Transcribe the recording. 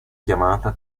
chiamata